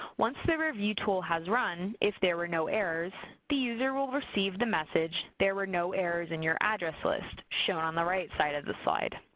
once the review tool has run, if there were no errors, the user will receive the message there were no errors in your address list, shown on the right side of the slide.